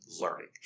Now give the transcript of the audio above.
learning